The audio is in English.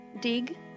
Dig